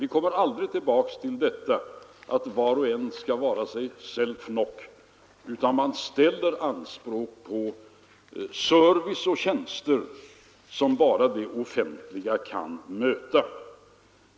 Vi kommer aldrig tillbaka till detta att man skall vaere sig selv nok, utan människorna ställer anspråk på service och tjänster som bara det offentliga kan möta.